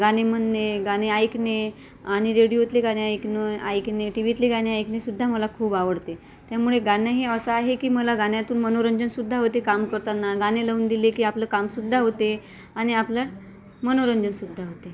गाणे म्हणणे गाणे ऐकणे आणि रेडियोतले गाणे ऐकणं ऐकणे टीव्हीतले गाणे ऐकणेसुद्धा मला खूप आवडते त्यामुळे गाणं हे असं आहे की मला गाण्यातून मनोरंजनसुद्धा होते काम करताना गाणे लावून दिले की आपलं कामसुद्धा होते आणि आपलं मनोरंजनसुद्धा होते